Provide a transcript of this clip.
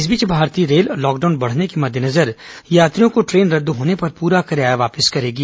इस बीच भारतीय रेल लॉकडाउन बढने के मद्देनजर यात्रियों को ट्रेन रद्द होने पर पूरा किराया वापस करेगी